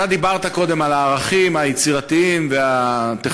אתה דיברת קודם על הערכים היצירתיים והטכנולוגיים,